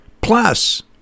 Plus